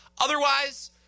Otherwise